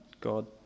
God